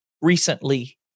recently